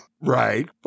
Right